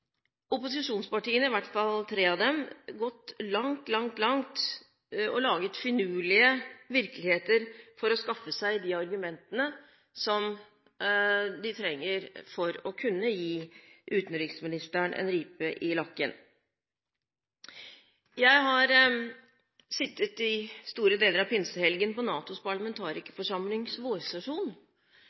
opposisjonspartiene – i hvert fall tre av dem – gått langt, langt, langt i å lage finurlige virkeligheter for å skaffe seg de argumentene de trenger for å kunne gi utenriksministeren en ripe i lakken. Jeg har i store deler av pinsehelgen sittet på NATOs parlamentarikerforsamlings vårsesjon.